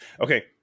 Okay